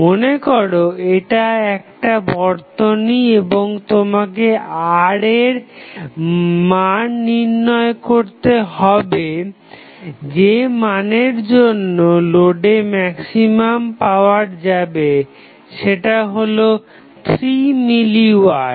মনেকর এটা একটা বর্তনী এবং তোমাকে R এর মান নির্ণয় করতে হবে যে মানের জন্য লোডে ম্যাক্সিমাম পাওয়ার যাবে যেটা হলো 3 মিলি ওয়াট